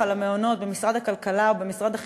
זאת אומרת, ירדנו קצת מהאוניברסיטה